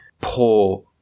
poor